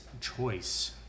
choice